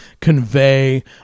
convey